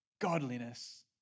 godliness